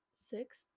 six